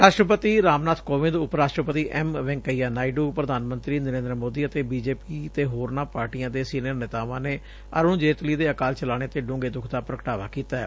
ਰਾਸ਼ਟਰਪਤੀ ਰਾਮਨਾਬ ਕੋਵਿੰਦ ਉੱਪ ਰਾਸ਼ਟਰਪਤੀ ਐਮ ਵੈਂਕੇਆ ਨਾਇਡੂ ਪ੍ਰਧਾਨ ਮੰਤਰੀ ਨਰੇਂਦਰ ਮੋਦੀ ਅਤੇ ਬੀਜੇਪੀ ਤੇ ਹੋਰਨਾਂ ਪਾਰਟੀਆਂ ਦੇ ਸੀਨੀਅਰ ਨੇਤਾਵਾਂ ਨੇ ਅਰੁਣ ਜੇਤਲੀ ਦੇ ਅਕਾਲ ਚਲਾਣੇ ਤੇ ਡੂੰਘੇ ਦੁੱਖ ਦਾ ਪ੍ਰਗਟਾਵਾ ਕੀਤੈ